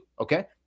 Okay